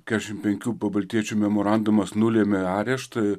keturiasdešimt penkių pabaltijiečių memorandumas nulėmė areštą